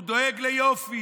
הוא דואג ליופי,